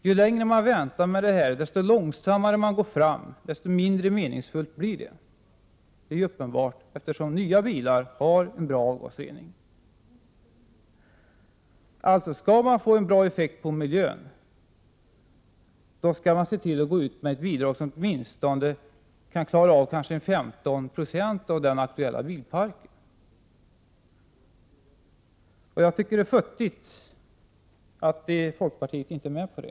Ju längre man väntar med detta, desto långsammare man går fram, desto mindre meningsfullt blir det. Det är uppenbart eftersom nya bilar har en bra avgasrening. Alltså: Skall man få en bra effekt på miljön, skall man ge ett bidrag som åtminstone kan klara 15 96 av den aktuella bilparken. Jag tycker att det är futtigt att folkpartiet inte är med på det.